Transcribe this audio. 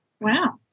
Wow